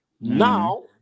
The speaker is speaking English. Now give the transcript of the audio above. Now